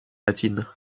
latine